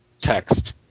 text